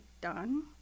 done